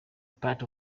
part